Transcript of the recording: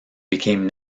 became